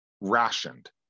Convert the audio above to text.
rationed